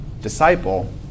disciple